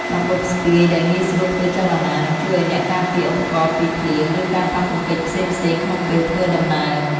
កាបូបស្ពាយដែលងាយស្រួលធ្វើចលនា នឹងជួយឱ្យអ្នកការពារឧបករណ៍ពីភ្លៀង ឬការប៉ះទង្គិចផ្សេងៗក្នុងពេលធ្វើដំណើរ។